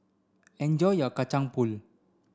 enjoy your Kacang Pool